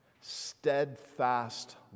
Steadfast